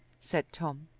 said tom.